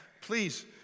please